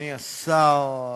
אדוני השר,